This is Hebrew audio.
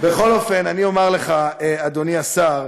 בכל אופן, אני אומר לך, אדוני השר,